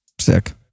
Sick